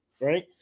Right